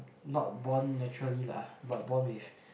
not born naturally lah but born with